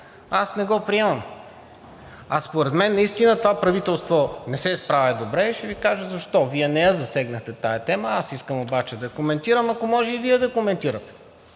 аз не го приемам. А според мен наистина това правителство не се справя добре и ще Ви кажа защо. Вие не я засегнахте тази тема, аз обаче искам да я коментирам, а ако може и Вие да коментирате,